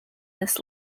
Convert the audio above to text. this